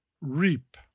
Reap